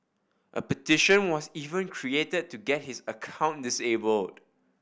a petition was even created to get his account disabled